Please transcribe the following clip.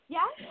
Yes